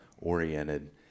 oriented